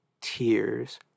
tears